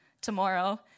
tomorrow